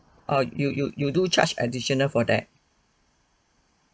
oh you you you do charge additional for that